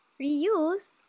Reuse